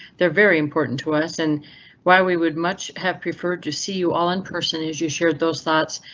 they're very important to us and why we would much have preferred to see you all in person as you shared those thoughts.